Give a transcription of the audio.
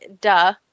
Duh